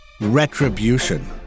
retribution